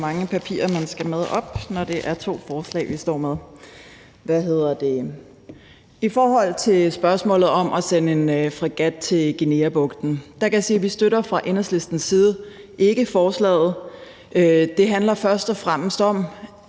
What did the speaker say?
I forhold til spørgsmålet om at sende en fregat til Guineabugten kan jeg sige, at vi fra Enhedslistens side ikke støtter forslaget. Det handler først og fremmest om,